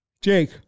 Jake